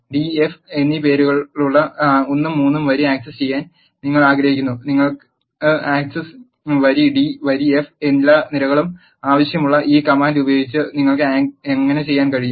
d f എന്നീ പേരുകളുള്ള ഒന്നും മൂന്നും വരി ആക്സസ് ചെയ്യാൻ നിങ്ങൾ ആഗ്രഹിക്കുന്നു നിങ്ങൾക്ക് ആക് സസ് വരി d വരി f എല്ലാ നിരകളും ആവശ്യമുള്ള ഈ കമാൻഡ് ഉപയോഗിച്ച് നിങ്ങൾക്ക് അങ്ങനെ ചെയ്യാൻ കഴിയും